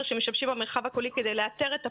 שמשתמשים במרחב הקולי כדי לאתר את הפערים.